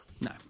No